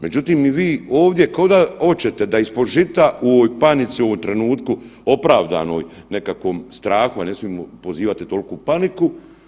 Međutim, vi ovdje kao da hoćete da ispod žita u ovoj panici, u ovom trenutku opravdanoj nekakvom strahu, a ne smijemo pozivati toliku paniku.